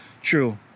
true